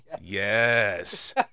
yes